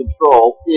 control